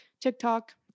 TikTok